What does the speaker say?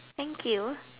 thank you